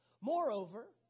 Moreover